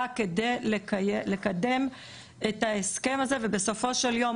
כדי לקדם את ההסכם הזה ובסופו של יום,